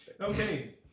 Okay